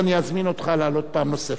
ואז אני אזמין אותך לעלות פעם נוספת.